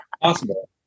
possible